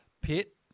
pit